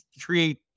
create